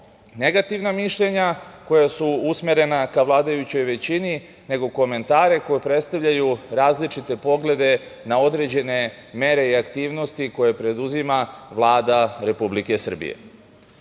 negativna mišljenja koja su usmerena ka vladajućoj većini, nego komentare koji predstavljaju različite poglede na određene mere i aktivnosti koje preduzima Vlada Republike Srbije. Kada